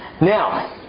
Now